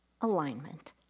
alignment